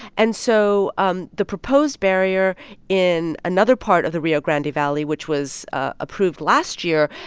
and so um the proposed barrier in another part of the rio grande valley, which was approved last year,